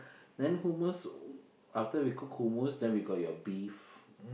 then hummus after we cook hummus then we got your beef